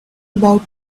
about